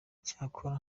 cyakora